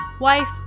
wife